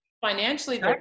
Financially